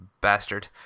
bastard